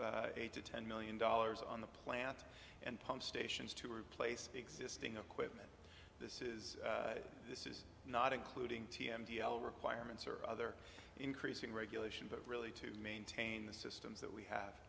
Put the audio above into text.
eight to ten million dollars on the plant and pump stations to replace existing equipment this is this is not including t m d l requirements or other increasing regulation but really to maintain the systems that we have